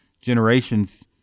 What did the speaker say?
generations